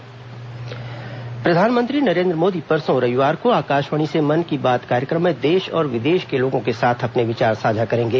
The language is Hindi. मन की बात प्रधानमंत्री नरेन्द्र मोदी परसों रविवार को आकाशवाणी से मन की बात कार्यक्रम में देश और विदेश में लोगों के साथ अपने विचार साझा करेंगे